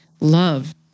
love